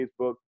Facebook